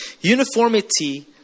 Uniformity